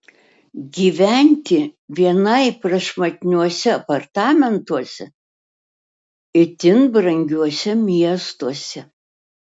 gyventi vienai prašmatniuose apartamentuose itin brangiuose miestuose